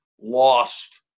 lost